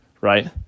right